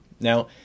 Now